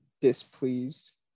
displeased